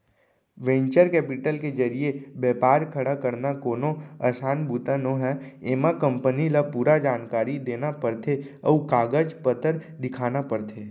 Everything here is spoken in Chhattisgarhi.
वेंचर केपिटल के जरिए बेपार खड़ा करना कोनो असान बूता नोहय एमा कंपनी ल पूरा जानकारी देना परथे अउ कागज पतर दिखाना परथे